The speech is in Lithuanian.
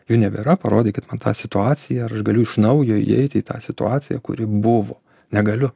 jų nebėra parodykit man tą situaciją ar aš galiu iš naujo įeiti į tą situaciją kuri buvo negaliu